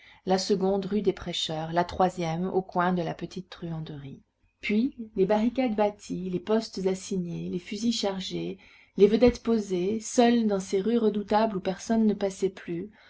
la seconde rue des prêcheurs la troisième au coin de la petite truanderie puis les barricades bâties les postes assignés les fusils chargés les vedettes posées seuls dans ces rues redoutables où personne ne passait plus